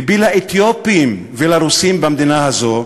לבי לאתיופים ולרוסים במדינה הזו,